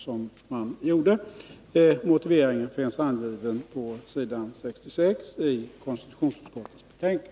Motiveringen för regeringens beslut finns angiven på s. 66 i konstitutionsutskottets betänkande.